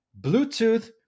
Bluetooth